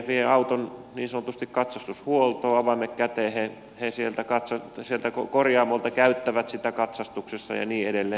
vien auton niin sanotusti katsastushuoltoon avaimet käteen sieltä korjaamolta käyttävät sitä katsastuksessa ja niin edelleen